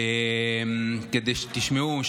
כדי שתשמעו.